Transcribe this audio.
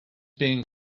being